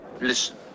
Listen